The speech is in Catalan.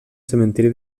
cementeri